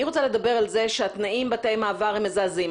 אני רוצה לדבר על זה שהתנאים בתאי המעבר הם מזעזעים,